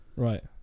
Right